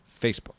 Facebook